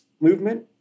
movement